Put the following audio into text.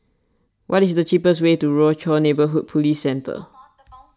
what is the cheapest way to Rochor Neighborhood Police Centre